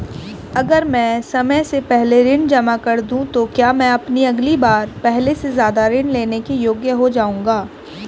अगर मैं समय से पहले ऋण जमा कर दूं तो क्या मैं अगली बार पहले से ज़्यादा ऋण लेने के योग्य हो जाऊँगा?